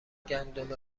گندم